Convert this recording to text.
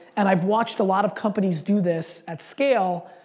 and i've watched a lot of companies do this at scale,